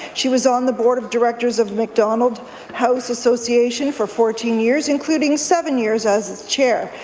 she was on the board of directors of mcdonald house association for fourteen years, including seven years as as chair.